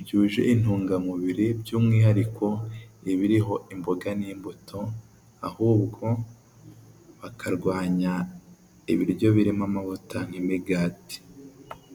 byuje intungamubiri by'umwihariko ibiriho imboga n'imbuto ahubwo bakarwanya ibiryo birimo amavuta nk'imigati.